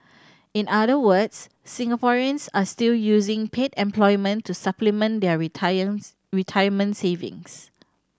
in other words Singaporeans are still using paid employment to supplement their retiring retirements savings